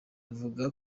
avuga